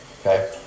okay